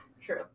True